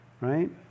right